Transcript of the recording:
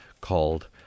called